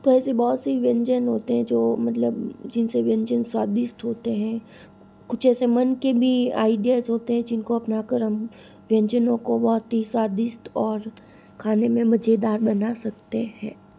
तो ऐसी बहुत सी व्यंजन होते हैं जो मतलब जिनसे व्यंजन स्वादिष्ट होते हैं कुछ ऐसे मन के भी आइडियाज़ होते हैं जिनको अपनाकर हम व्यंजनों को बहुत ही स्वादिष्ट और खाने में मजेदार बना सकते हैं